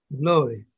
glory